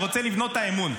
אני רוצה לבנות את האמון.